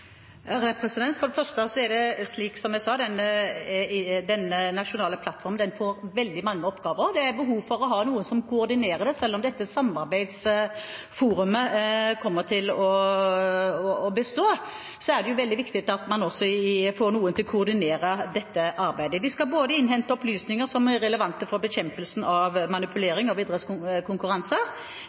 For det første er det, som jeg sa, slik at denne nasjonale plattformen får veldig mange oppgaver. Det er behov for å ha noen som koordinerer det – selv om samarbeidsforumet kommer til å bestå, er det veldig viktig at man også får noen til å koordinere dette arbeidet. De skal innhente opplysninger som er relevante for bekjempelsen av manipulering av idrettskonkurranser, de skal analysere den mottatte informasjonen, og